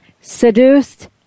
seduced